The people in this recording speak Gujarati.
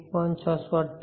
5 1